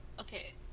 okay